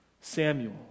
Samuel